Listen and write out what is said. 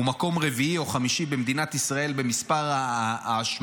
הוא מקום רביעי או חמישי במדינת ישראל במספר ההשמעות.